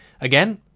Again